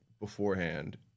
beforehand